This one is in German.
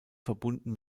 verbunden